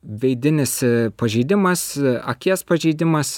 veidinis pažeidimas akies pažeidimas